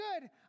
good